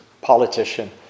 politician